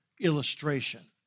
illustration